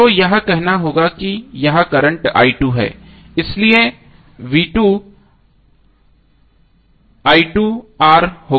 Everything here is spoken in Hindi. तो यह कहना होगा कि यह करंट है इसलिए होगा